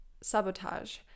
sabotage